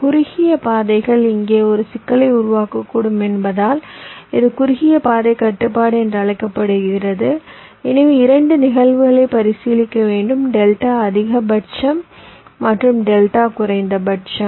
குறுகிய பாதைகள் இங்கே ஒரு சிக்கலை உருவாக்கக்கூடும் என்பதால் இது குறுகிய பாதை கட்டுப்பாடு என்று அழைக்கப்படுகிறது எனவே 2 நிகழ்வுகளை பரிசீலிக்க வேண்டும் டெல்டா அதிகபட்சம் மற்றும் டெல்டா குறைந்தபட்சம்